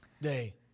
day